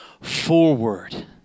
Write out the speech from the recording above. forward